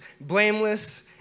blameless